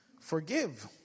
Forgive